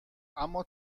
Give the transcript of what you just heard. اما